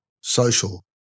Social